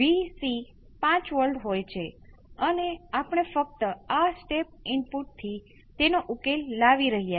V c of 0 છે